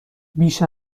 بیش